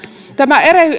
tämä